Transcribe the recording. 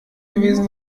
gewesen